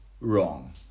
wrong